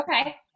Okay